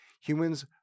humans